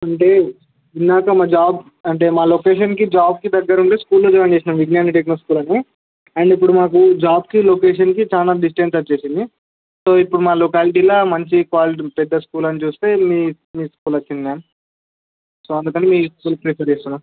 అంటే ఇందాక మా జాబ్ అంటే మా లొకేషన్కి జాబ్కి దగ్గర ఉండే స్కూల్లో జాయిన్ చేశాం విజ్ఞాన టెక్నో స్కూల్ అని అండ్ ఇప్పుడు మాకు జాబ్కి లొకేషన్కి చాలా డిస్టెన్స్ వచ్చింది సో ఇప్పుడు మా లొకాలిటీలో మంచి క్వాలిటీ పెద్ద స్కూల్ అని చూస్తే మీ మీ స్కూల్ వచ్చింది మ్యామ్ సో అందుకని మీ స్కూల్ ప్రిఫర్ చేస్తున్నాము